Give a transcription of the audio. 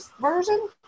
version